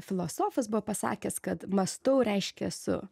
filosofas buvo pasakęs kad mąstau reiškia esu